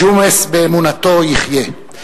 ג'ומס באמונתו יחיה.